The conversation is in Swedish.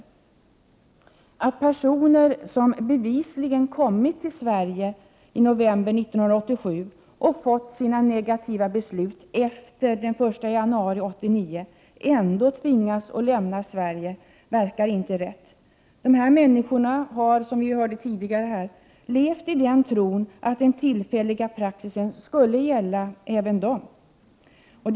Att t.ex. personer som bevisligen kommit till Sverige i november 1987 och fått sina negativa beslut efter den 1 januari 1989 ändå tvingas lämna Sverige verkar inte rätt. Dessa människor har, som sagt, levt i tron, att den tillfälliga praxisen skulle gälla även för dem.